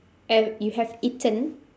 ev~ you have eaten